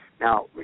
Now